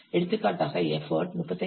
எடுத்துக்காட்டாக எஃபர்ட் 35